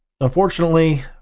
unfortunately